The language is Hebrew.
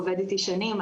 עובד איתי שנים,